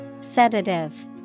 Sedative